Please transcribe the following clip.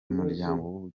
umuryango